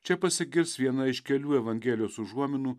čia pasigirs viena iš kelių evangelijos užuominų